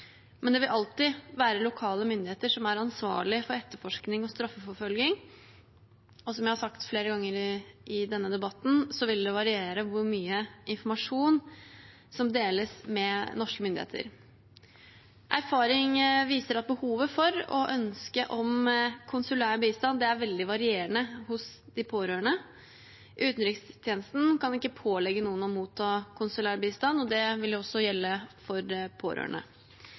men det vil alltid være lokale myndigheter som er ansvarlig for etterforskning og straffeforfølgning. Og, som jeg har sagt flere ganger i denne debatten, det vil variere hvor mye informasjon som deles med norske myndigheter. Erfaring viser at behovet for og ønsket om konsulær bistand er veldig varierende hos de pårørende. Utenrikstjenesten kan ikke pålegge noen å motta konsulær bistand, og det vil også gjelde for pårørende. Med det